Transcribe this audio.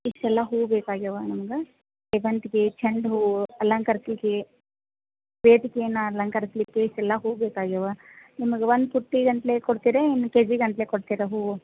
ಇಷ್ಟೆಲ್ಲ ಹೂ ಬೇಕಾಗ್ಯವ ನಮ್ಗೆ ಸೇವಂತ್ಗೆ ಚೆಂಡು ಹೂ ಅಲಂಕರಿಸ್ಲಿಕ್ಕೆ ವೇದಿಕೆಯನ್ನು ಅಲಂಕರಿಸ್ಲಿಕ್ಕೆ ಇಷ್ಟೆಲ್ಲ ಹೂ ಬೇಕಾಗ್ಯವ ನಿಮ್ಗೆ ಒಂದು ಬುಟ್ಟಿ ಅಂತಲೆ ಕೊಡ್ತಿರಾ ಏನು ಕೆಜಿಗಂತಲೆ ಕೊಡ್ತಿರಾ ಹೂ